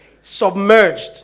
submerged